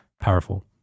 powerful